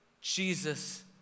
Jesus